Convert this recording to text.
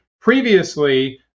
previously